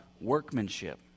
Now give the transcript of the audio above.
workmanship